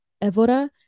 evora